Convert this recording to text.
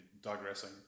digressing